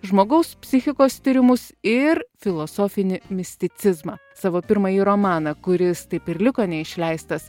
žmogaus psichikos tyrimus ir filosofinį misticizmą savo pirmąjį romaną kuris taip ir liko neišleistas